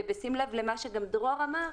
ובשדים לב למה שדרור אמר,